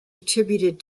attributed